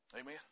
Amen